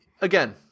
Again